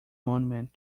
monument